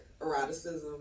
eroticism